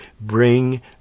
bring